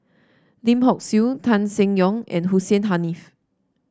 Lim Hock Siew Tan Seng Yong and Hussein Haniff